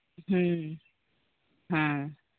ᱦᱮᱸ ᱦᱮᱸ